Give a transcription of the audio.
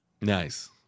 Nice